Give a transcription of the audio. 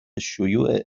شیوع